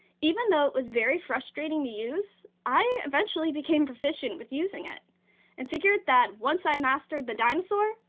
even though it was very frustrating to use, i eventually became proficient with using it and figured that once i mastered the dinosaur,